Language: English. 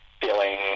feeling